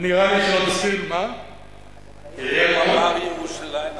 ונראה לי, בקריה בתל-אביב או בירושלים?